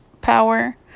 power